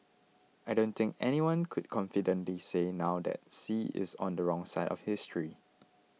I don't think anyone could confidently say now that Xi is on the wrong side of history